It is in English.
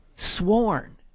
Sworn